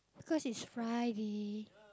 because it's Friday